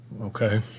Okay